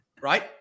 right